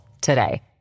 today